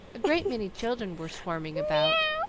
a great many children were swarming about,